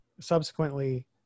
subsequently